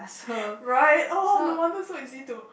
right oh no wonder so easy to